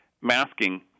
masking